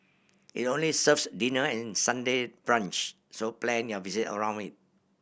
it only serves dinner and Sunday brunch so plan your visit around it